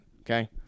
okay